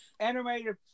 Animated